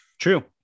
True